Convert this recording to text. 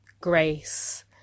grace